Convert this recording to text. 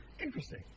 Interesting